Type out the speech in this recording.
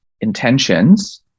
intentions